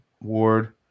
Ward